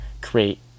create